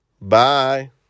Bye